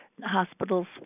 hospitals